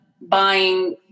buying